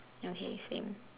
okay same